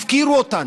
הפקירו אותנו.